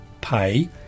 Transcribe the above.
pay